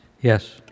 Yes